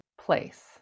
place